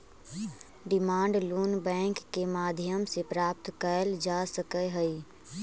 demand loan bank के माध्यम से प्राप्त कैल जा सकऽ हइ